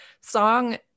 song